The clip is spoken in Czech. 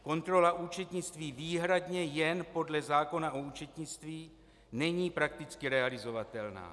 Kontrola účetnictví výhradně jen podle zákona o účetnictví není prakticky realizovatelná.